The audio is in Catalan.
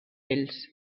ells